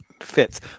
fits